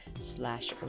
slash